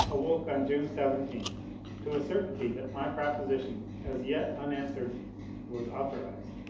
awoke on june seventeen to a certainty that my proposition as yet un answered was authorized,